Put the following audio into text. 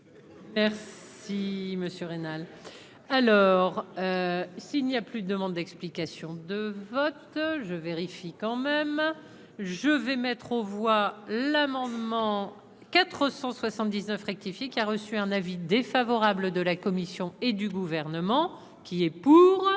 Merci monsieur rénale, alors s'il n'y a plus de demandes d'explications de vote, je vérifie quand même, hein, je vais mettre aux voix l'amendement 479 rectifié, qui a reçu un avis défavorable de la Commission et du gouvernement qui est. Alors,